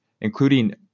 including